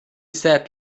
said